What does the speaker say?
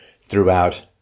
throughout